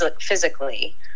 physically